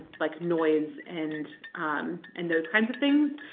like noise and and those kinds of things.